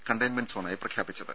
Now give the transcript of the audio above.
containment സോണായി പ്രഖ്യാപിച്ചത്